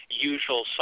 Usual